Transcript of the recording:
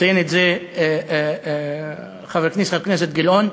ציין את זה חבר הכנסת גילאון.